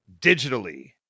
digitally